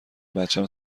بچم